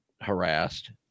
harassed